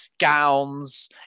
gowns